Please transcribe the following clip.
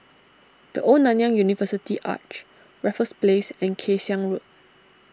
the Old Nanyang University Arch Raffles Place and Kay Siang Road